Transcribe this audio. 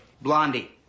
Blondie